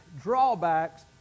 drawbacks